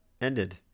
Ended